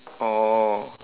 oh